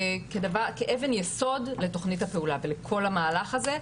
כאבן יסוד לתוכנית הפעולה, ולכל המהלך הזה,